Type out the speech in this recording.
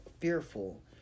fearful